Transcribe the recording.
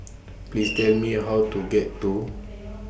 Please Tell Me How to get to